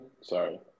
Sorry